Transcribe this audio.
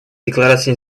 декларации